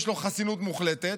יש לו חסינות מוחלטת,